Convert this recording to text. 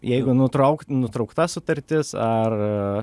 jeigu nutraukt nutraukta sutartis ar